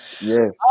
Yes